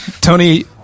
Tony